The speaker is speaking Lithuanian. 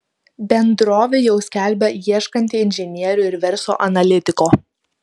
bendrovė jau skelbia ieškanti inžinierių ir verslo analitiko